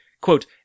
Quote